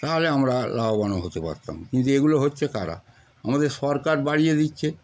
তাহলে আমরা লাভবান হতে পারতাম কিন্তু এগুলো হচ্ছে কারা আমাদের সরকার বাড়িয়ে দিচ্ছে